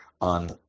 on